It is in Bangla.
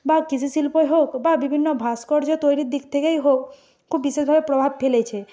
বা কৃষি শিল্পই হোক বা বিভিন্ন ভাস্কর্য তৈরির দিক থেকেই হোক খুব বিশেষভাবে প্রভাব ফেলেছে